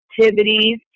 activities